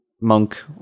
monk